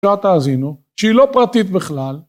שירת האזינו שהיא לא פרטית בכלל